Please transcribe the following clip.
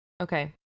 Okay